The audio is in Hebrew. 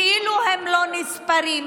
כאילו הם לא נספרים.